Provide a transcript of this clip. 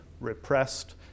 repressed